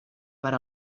per